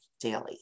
Daily